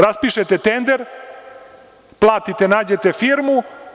Raspišete tender, platite nađete firmu.